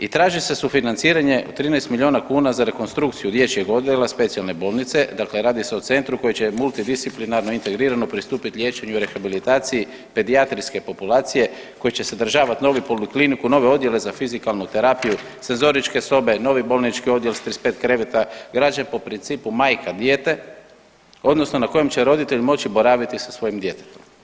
I traži se sufinanciranje 13 miliona kuna za rekonstrukciju dječjeg odjela specijalne bolnice dakle radi se o centru koji će multidisciplinarno, integrirano pristupiti liječenju i rehabilitaciji pedijatrijske populacije, koji će sadržavati novu polikliniku, nove odjele za fizikalnu terapiju, senzoričke sobe, novi bolnički odjel sa 35 kreveta građen po principu majka dijete odnosno na kojem će roditelj moći boraviti sa svojim djetetom.